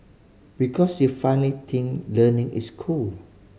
because you finally learning is cool